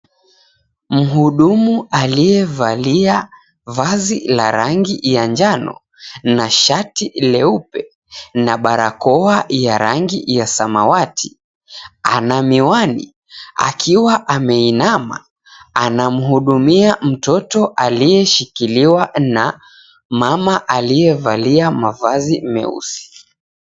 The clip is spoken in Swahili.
Mhudumu aliyevalia vazi la rangi ya njano na shati leupe na barakoa ya rangi ya samawati ana miwani akiwa ameinama anamhudumia mtoto aliyeshikiliwa na mama aliyevalia mavazi meusi.